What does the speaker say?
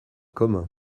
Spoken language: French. commun